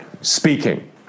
speaking